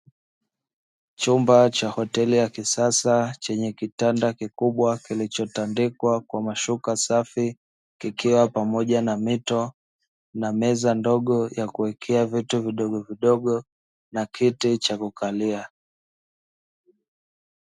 Chumba cha hoteli ya kisasa chenye kitanda kikubwa kilichotandikwa kwa mashuka safi, kikiwa pamoja na mito na meza ndogo ya kuwekea vitu vidogo vidogo na kiti cha kukalia.